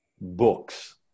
books